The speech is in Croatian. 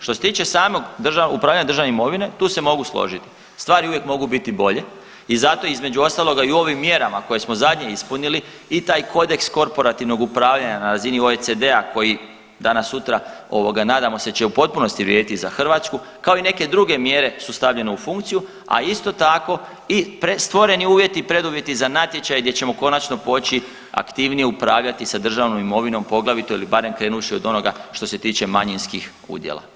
Što se tiče samog upravljanja državne imovine tu se mogu složit, stvari uvijek mogu biti bolje i zato između ostaloga i u ovim mjerama koje smo zadnje ispunili i taj kodeks korporativnog upravljanja na razini OECD-a koji danas sutra ovoga nadamo se da će u potpunosti vrijediti za Hrvatsku, kao i neke druge mjere su stavljene u funkciju, a isto tako i stvoreni uvjeti i preduvjeti za natječaj gdje ćemo konačno poći aktivnije upravljati sa državnom imovinom poglavito ili barem krenuvši od onoga što se tiče manjinskih udjela.